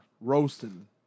roasting